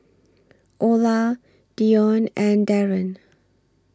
Olar Dione and Darren